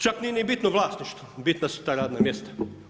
Čak nije ni bitno vlasništvo, bitna su ta radna mjesta.